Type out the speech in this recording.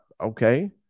okay